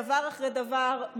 דבר אחרי דבר,